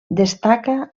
destaca